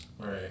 right